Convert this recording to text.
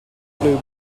flew